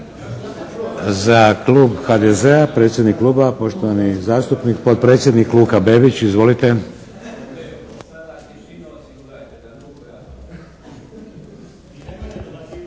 Za klub HDZ-a, predsjednik kluba poštovani zastupnik, potpredsjednik Luka Bebić. Izvolite!